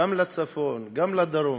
גם לצפון וגם לדרום,